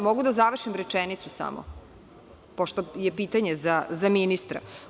Jel mogu da završim rečenicu, pošto je pitanje za ministra?